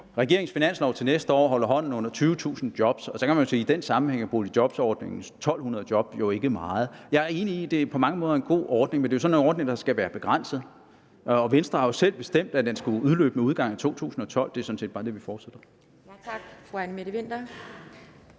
regeringens finanslov til næste år holder hånden under 20.000 job. Så kan man sige, at i den sammenhæng er boligjobordningens 1.200 job ikke mange. Jeg er enig i, at det på mange måder er en god ordning, men det er jo sådan en ordning, der skal gælde i en begrænset periode, og Venstre har selv bestemt, at den skulle udløbe med udgangen af 2012. Det er sådan set bare den beslutning, vi fortsætter